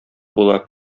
була